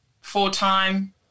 four-time